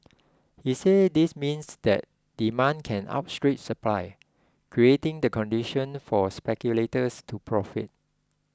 he said this means that demand can outstrip supply creating the condition for speculators to profit